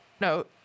no